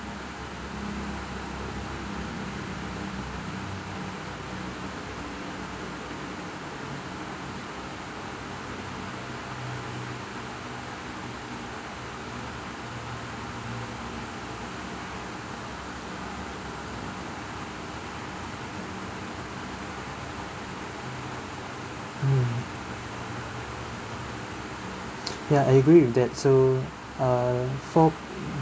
mm ya I agree with that so uh for